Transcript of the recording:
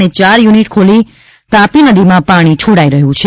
અને ચાર યુનિટ ખોલી તાપી નદીમાં પાણી છોડાઈ રહ્યું છે